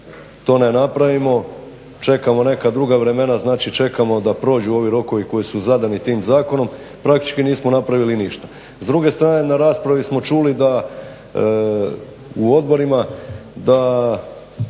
to ne napravimo čekamo neka druga vremena znači čekamo da prođu ovi rokovi koji su zadani tim zakonom, praktički nismo napravili ništa. S druge strane na raspravi smo čuli da u odborima da